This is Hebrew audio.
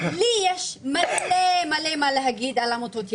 לי יש מלא מה להגיד על עמותות ימין,